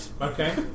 Okay